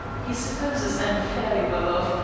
he supposes i am fairly well off,